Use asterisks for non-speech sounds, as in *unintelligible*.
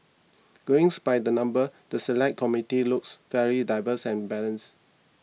going *unintelligible* by the numbers the Select Committee looks fairly diverse and balanced